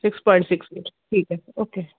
six point six ਵਿੱਚ ਠੀਕ ਹੈ ਓਕੇ